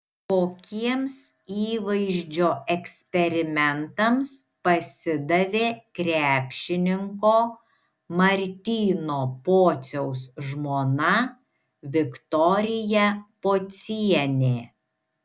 kokiems įvaizdžio eksperimentams pasidavė krepšininko martyno pociaus žmona viktorija pocienė